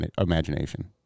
imagination